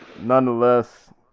nonetheless